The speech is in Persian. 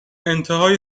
انتهای